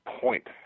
point